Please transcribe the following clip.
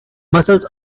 muscles